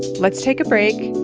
let's take a break,